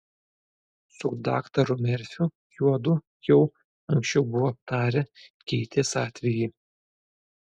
su daktaru merfiu juodu jau anksčiau buvo aptarę keitės atvejį